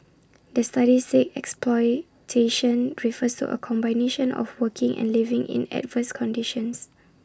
the study said exploitation refers to A combination of working and living in adverse conditions